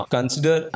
Consider